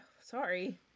Sorry